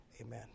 Amen